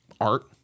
art